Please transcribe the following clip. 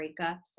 breakups